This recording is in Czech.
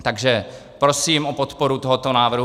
Takže prosím o podporu tohoto návrhu.